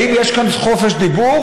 האם יש כאן חופש דיבור?